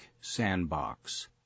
Sandbox